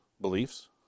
beliefs